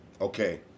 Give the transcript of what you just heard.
okay